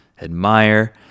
admire